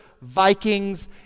Vikings